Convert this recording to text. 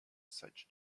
such